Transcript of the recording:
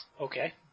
Okay